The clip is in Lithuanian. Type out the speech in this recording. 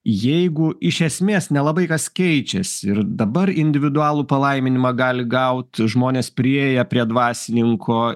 jeigu iš esmės nelabai kas keičias ir dabar individualų palaiminimą gali gaut žmonės priėję prie dvasininko